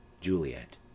Juliet